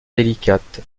délicate